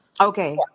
okay